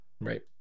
Right